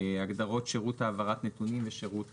"הגדרות שירות העברת נתונים ושירות